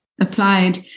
applied